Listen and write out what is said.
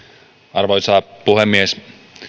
arvoisa puhemies